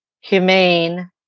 humane